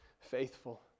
faithful